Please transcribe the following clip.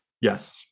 Yes